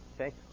Okay